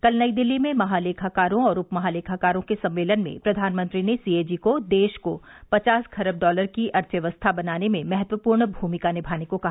कल नई दिल्ली में महालेखाकारों और उप महालेखाकारों के सम्मेलन में प्रधानमंत्री ने सी ए जी को देश को पचास खरब डॉलर की अर्थव्यवस्था बनाने में महत्वपूर्ण भूमिका नियाने को कहा